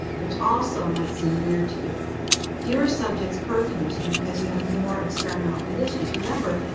which also might seem weird to you fewer subjects per condition because you have more experimental conditions. remember,